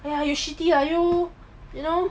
!aiya! you shitty lah you you know